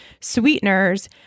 sweeteners